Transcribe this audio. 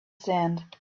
sand